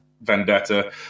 Vendetta